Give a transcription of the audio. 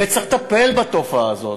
וצריך לטפל בתופעה הזאת.